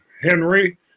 Henry